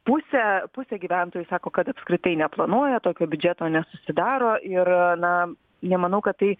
pusė pusė gyventojų sako kad apskritai neplanuoja tokio biudžeto nesusidaro ir na nemanau kad tai